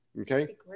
okay